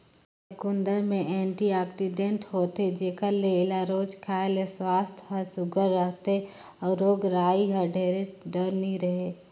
चुकंदर में एंटीआक्सीडेंट होथे जेकर ले एला रोज खाए ले सुवास्थ हर सुग्घर रहथे अउ रोग राई होए कर ढेर डर नी रहें